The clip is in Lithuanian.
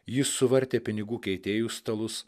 jis suvartė pinigų keitėjų stalus